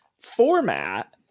format